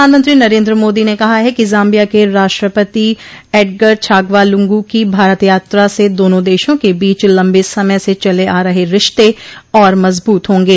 प्रधानमंत्री नरेन्द्र मोदो ने कहा है कि जाम्बिया के राष्ट्रपति एडगर छागवा लुंगू की भारत यात्रा से दोनों देशों के बीच लम्बे समय से चले आ रहे रिश्ते और मज़बूत होंगे